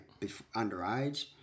underage